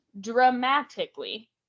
dramatically